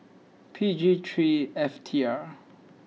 P G three F T R